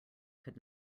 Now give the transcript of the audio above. could